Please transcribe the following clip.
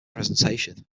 presentation